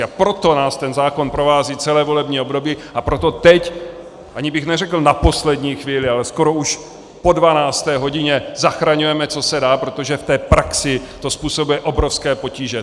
A proto nás ten zákon provází celé volební období a proto teď ani bych neřekl na poslední chvíli, ale skoro už po 12. hodině zachraňujeme, co se dá, protože v té praxi to způsobuje obrovské potíže.